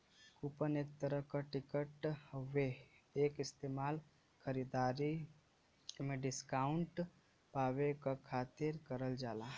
coupon एक तरह क टिकट हउवे एक इस्तेमाल खरीदारी में डिस्काउंट पावे क खातिर करल जाला